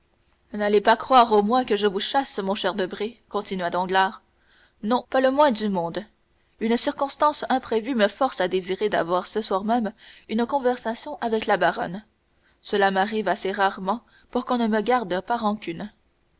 mari n'allez pas croire au moins que je vous chasse mon cher debray continua danglars non pas le moins du monde une circonstance imprévue me force à désirer d'avoir ce soir même une conversation avec la baronne cela m'arrive assez rarement pour qu'on ne me garde pas rancune